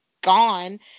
gone